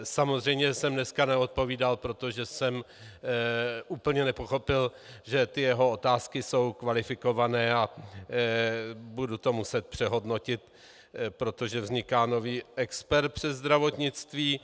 Samozřejmě jsem dneska neodpovídal, protože jsem úplně nepochopil, že ty jeho otázky jsou kvalifikované, a budu to muset přehodnotit, protože vzniká nový expert přes zdravotnictví.